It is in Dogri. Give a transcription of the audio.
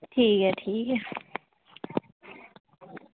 ठीक ऐ ठीक ऐ